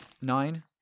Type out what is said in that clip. Nine